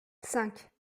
cinq